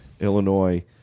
Illinois